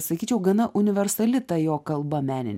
sakyčiau gana universali ta jo kalba meninė